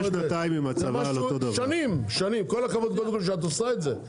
כל הכבוד שאת עושה את זה,